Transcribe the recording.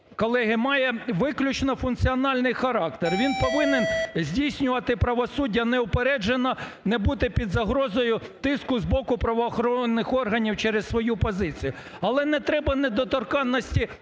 колеги, має виключно функціональний характер. Він повинен здійснювати правосуддя неупереджено, не бути під загрозою тиску з боку правоохоронних органів через свою позицію. Але не треба недоторканості